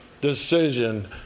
decision